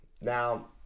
Now